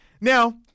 Now